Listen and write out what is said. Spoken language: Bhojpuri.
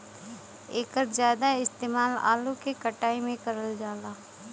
एकर जादा इस्तेमाल आलू के कटाई में करल जाला